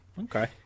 Okay